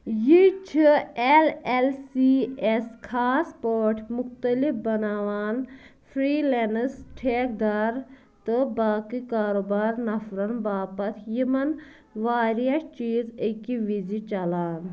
یہِ چھِ L L C S خاص پٲٹھۍ مُختلِف بناوان فِرٛی لٮ۪نٕس ٹھیکٕدار تہٕ باقٕے کاروبار نفرَن باپتھ یِمن واریاہ چیٖز اَکہِ وِزِ چلان